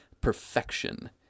perfection